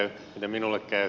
miten minulle käy